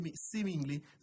seemingly